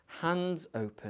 hands-open